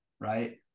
right